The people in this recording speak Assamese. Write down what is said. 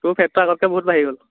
তোৰ ফেটটো আগতকৈ বহুত বাঢ়িলে